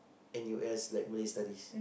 N_U_S like Malay studies